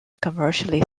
commercially